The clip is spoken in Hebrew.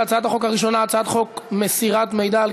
על הצעת החוק הראשונה: הצעת חוק מסירת מידע על